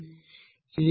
ఇది 0